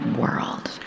world